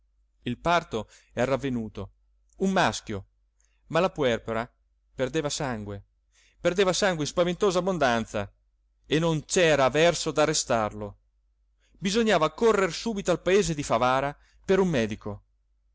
il parto era avvenuto un maschio ma la puerpera perdeva sangue perdeva sangue in spaventosa abbondanza e non c'era verso d'arrestarlo bisognava correr subito al paese di favara per un medico